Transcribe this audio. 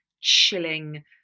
chilling